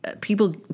people